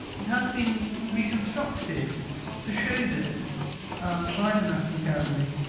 it has been reconstructed to show this by the national gallery,